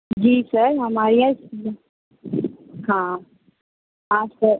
جی sir ہمارے یہاں ہاں آج تو